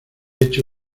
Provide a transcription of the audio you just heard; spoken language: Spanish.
hecho